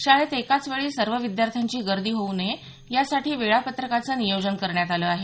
शाळेत एकाच वेळी सर्व विद्यार्थ्यांची गर्दी होऊ नये यासाठी वेळापत्रकाचं नियोजन करण्यात आलं आहे